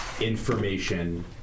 Information